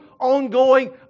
ongoing